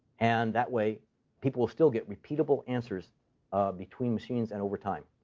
and that way people, will still get repeatable answers between machines and over time.